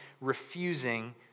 refusing